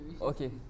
Okay